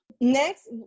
Next